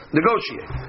negotiate